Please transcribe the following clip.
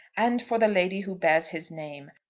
and for the lady who bears his name.